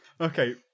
Okay